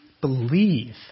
believe